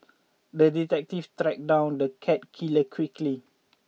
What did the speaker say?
the detective tracked down the cat killer quickly